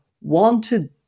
wanted